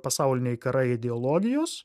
pasauliniai karai ideologijos